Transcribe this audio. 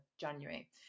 January